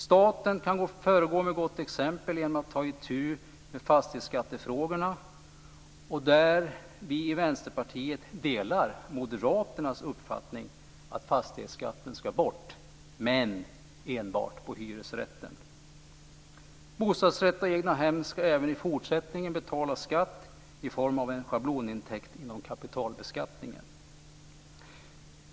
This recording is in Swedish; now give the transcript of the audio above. Staten kan föregå med gott exempel genom att ta itu med fastighetsskattefrågorna. Vi i Vänsterpartiet delar Moderaternas uppfattning att fastighetsskatten ska bort, men enbart på hyresrätten. Bostadsrätt och egnahem ska även i fortsättningen betala skatt i form av en schablonintäkt inom kapitalbeskattningen.